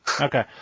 Okay